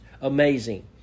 amazing